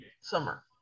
summer